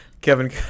Kevin